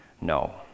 No